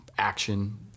action